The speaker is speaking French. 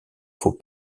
faux